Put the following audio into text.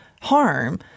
harm